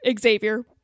Xavier